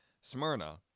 Smyrna